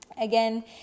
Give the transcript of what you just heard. again